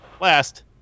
last